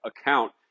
account